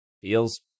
feels